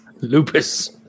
lupus